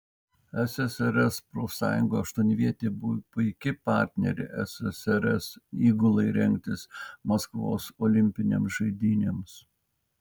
ssrs profsąjungų aštuonvietė buvo puiki partnerė ssrs įgulai rengtis maskvos olimpinėms žaidynėms